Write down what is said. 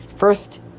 First